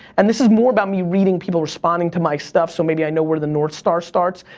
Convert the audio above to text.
and this is more about me reading people responding to my stuff so maybe i know where the north star starts,